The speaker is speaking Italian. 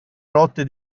rotte